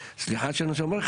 וסליחה שאני --- איפה הוא גר,